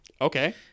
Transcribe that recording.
Okay